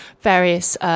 various